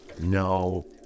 No